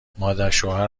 مادرشوهر